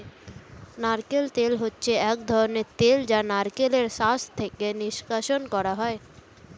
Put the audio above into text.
নারকেল তেল হচ্ছে এক ধরনের তেল যা নারকেলের শাঁস থেকে নিষ্কাশণ করা হয়